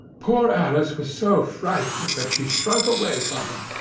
poor alice was so frightened that she shrunk away from him,